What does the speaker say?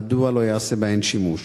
מדוע לא יעשה בהם שימוש?